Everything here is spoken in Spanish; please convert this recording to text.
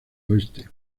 oeste